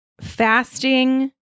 fasting